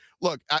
look